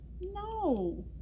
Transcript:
No